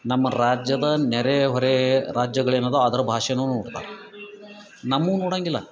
ನಮ್ಮ ರಾಜ್ಯದ ನೆರೆ ಹೊರೆ ರಾಜ್ಯಗಳೇನದ ಅದ್ರ ಭಾಷೆನು ನೋಡ್ತಾರ ನಮಗೂ ನೋಡಂಗಿಲ್ಲ